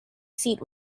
seat